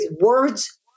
words